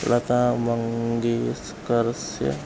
लतामङ्गेस्करस्य